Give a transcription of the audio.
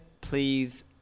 please